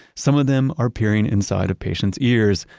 some of them are peering inside a patient's ears,